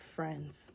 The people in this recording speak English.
friends